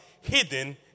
hidden